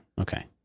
Okay